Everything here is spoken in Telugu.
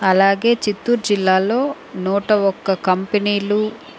అలాగే చిత్తూర్ జిల్లాలో నూట ఒక్క కంపెనీలు